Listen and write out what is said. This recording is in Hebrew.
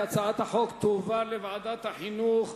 לדיון מוקדם בוועדת החינוך,